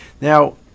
Now